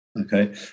okay